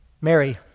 Mary